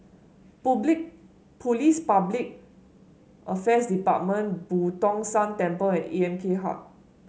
Police Public Affairs Department Boo Tong San Temple and A M K Hub